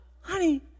honey